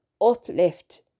uplift